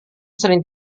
sering